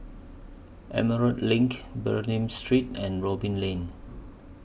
Emerald LINK Bernam Street and Robin Lane